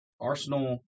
Arsenal